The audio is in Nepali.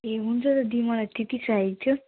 ए हुन्छ त दी मलाई त्यति चाहिएको थियो